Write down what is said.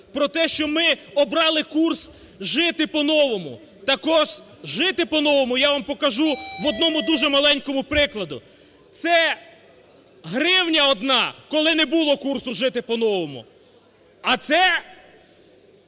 про те, що ми обрали курс жити по-новому". Так ось, жити по-новому я вам покажу в одному дуже маленькому прикладі. Це гривня одна, коли не було курсу "жити по-новому". А це